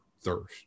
thirst